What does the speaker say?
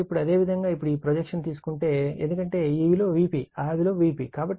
కాబట్టి ఇప్పుడు అదే విధంగా ఇప్పుడు ఈ ప్రొజెక్షన్ తీసుకుంటే ఎందుకంటే ఈ విలువ Vp ఈ విలువ Vp